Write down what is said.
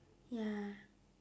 ya